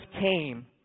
came